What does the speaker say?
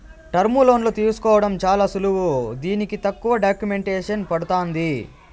టర్ములోన్లు తీసుకోవడం చాలా సులువు దీనికి తక్కువ డాక్యుమెంటేసన్ పడతాంది